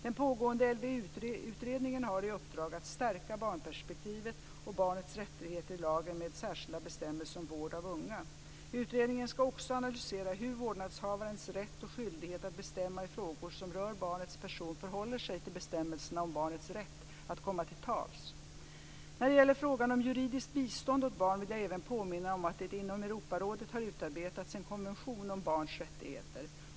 Den pågående LVU-utredningen har i uppdrag att stärka barnperspektivet och barnets rättigheter i lagen med särskilda bestämmelser om vård av unga. Utredningen ska också analysera hur vårdnadshavarens rätt och skyldighet att bestämma i frågor som rör barnets person förhåller sig till bestämmelserna om barnets rätt att komma till tals. När det gäller frågan om juridiskt bistånd åt barn vill jag även påminna om att det inom Europarådet har utarbetats en konvention om barns rättigheter.